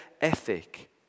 ethic